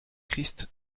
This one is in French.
christ